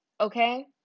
Okay